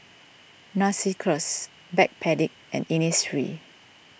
Narcissus Backpedic and Innisfree